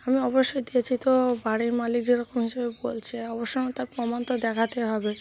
আমি অবশ্যই দিয়েছি তো বাড়ির মালিক যেরকম হিসেবে বলছে অবশ্যই আমি তার প্রমাণ তো দেখাতেই হবে